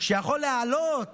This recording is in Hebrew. שיכול להעלות